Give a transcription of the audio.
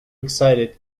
excited